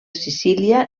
sicília